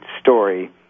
story